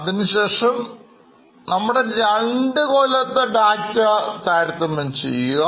അതിനുശേഷം നമ്മുടെ രണ്ടു കൊല്ലത്തെ ഡാറ്റ താരതമ്യം ചെയ്യുക